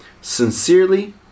Sincerely